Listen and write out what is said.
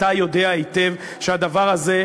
אתה יודע היטב שהדבר הזה,